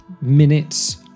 minutes